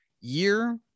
year